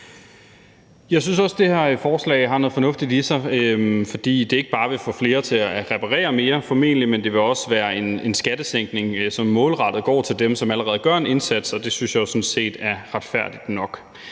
Jeg synes også, det her et forslag har noget fornuftigt i sig, fordi det ikke bare vil få flere til at reparere mere, formentlig, men fordi det også vil være skattesænkning, som målrettet går til dem, som allerede gør en indsats, og det synes jeg sådan set er retfærdigt nok.